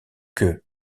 que